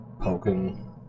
poking